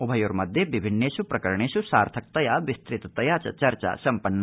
उभयोर्मध्ये विभिन्नेष् प्रकरणेष् सार्थकतया विस्तृततया च चर्चा सम्पन्ना